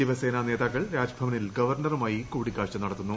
ശിവസേന നേതാക്കൾ രാജ്ഭവനിൽ ഗവർണറുമായി കൂടിക്കാഴ്ച നടത്തുന്നു